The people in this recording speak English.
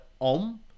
Om